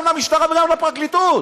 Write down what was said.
גם למשטרה וגם לפרקליטות,